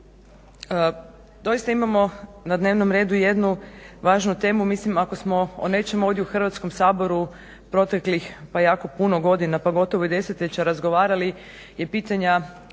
Doista imamo na dnevnom redu jednu važnu temu. Mislim ako smo o nečemu ovdje u Hrvatskom saboru proteklih pa jako puno godina, pa gotovo i desetljeća razgovarali i pitanja